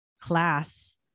class